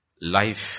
life